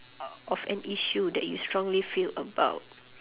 of an issue that you strongly feel about